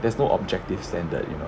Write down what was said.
there's no objective standard you know